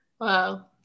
Wow